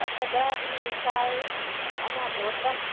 अठ ॾह ॾींहं विछाए अञा धोतमि